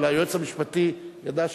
אבל היועץ המשפטי ידע שבשארה,